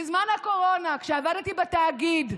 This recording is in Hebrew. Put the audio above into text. בזמן הקורונה, כשעבדתי בתאגיד,